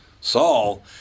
Saul